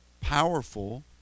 powerful